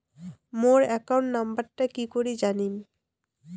মোর account নাম্বারটা কি করি জানিম?